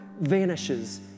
vanishes